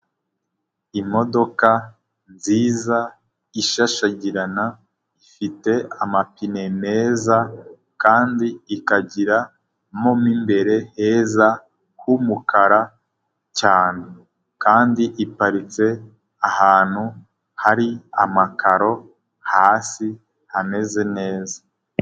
Imodoka nziza, ishashagirana ifite amapine meza kandi ikagira imbere heza h'umukara cyane kandi iparitse ahantu hari amakaro hasi hameze neza.